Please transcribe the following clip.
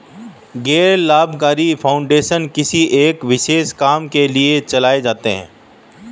गैर लाभकारी फाउंडेशन किसी एक विशेष काम के लिए चलाए जाते हैं